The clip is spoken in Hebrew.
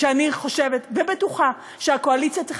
כשאני חושבת ובטוחה שהקואליציה צריכה